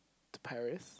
to Paris